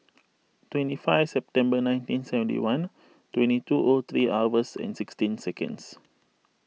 twenty five September nineteen seventy one twenty two O three hours and sixteen seconds